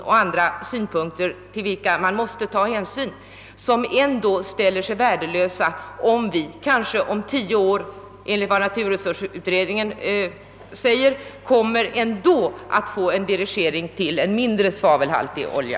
Och dessa investeringar kan visa sig helt värdelösa ifall vi om tio år — enligt vad naturresursutredningen uttalat — ändå får en di rigering till mindre svavelhaltig olja.